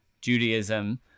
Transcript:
Judaism